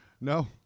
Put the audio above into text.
No